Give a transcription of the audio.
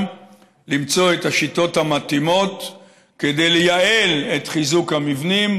גם למצוא את השיטות המתאימות כדי לייעל את חיזוק המבנים,